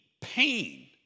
pain